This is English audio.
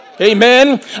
Amen